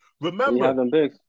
Remember